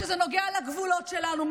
כשזה נוגע לגבולות שלנו,